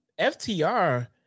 FTR